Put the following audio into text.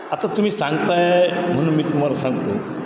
आता तुम्ही सांगत आहे म्हणून मी तुम्हाला सांगतो